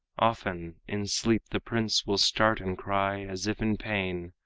often in sleep the prince will start and cry as if in pain,